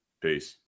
Peace